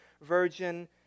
Virgin